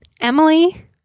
emily